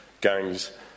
gangs